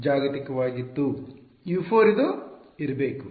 U4 ಇದು ಇರಬೇಕು